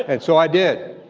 and so i did,